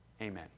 amen